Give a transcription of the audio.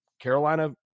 Carolina